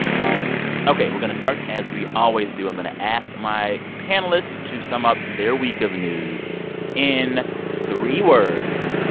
part ok. we're going to start as we always do. i'm going to ask my panelists to sum up their week of news in three words.